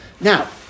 Now